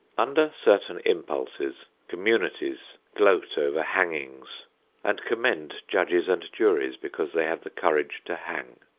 under certain impulses, communities gloat over hangings and commend judges and juries because they have the courage to hang,